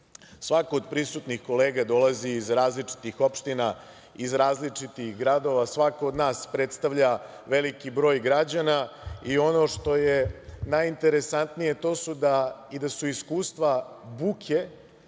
nas. Svako od prisutnih kolega dolazi iz različitih opština, iz različitih gradova. Svako od nas predstavlja veliki broj građana i ono što je najinteresantnije to su iskustva buke